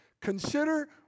Consider